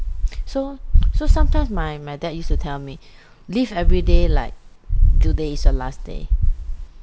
so so sometimes my my dad used to tell me live everyday like today is your last day